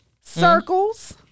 Circles